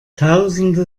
tausende